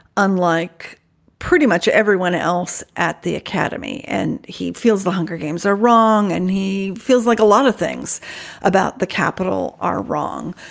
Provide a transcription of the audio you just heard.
unlike pretty much everyone else at the academy. and he feels the hunger games are wrong and he feels like a lot of things about the capital are wrong.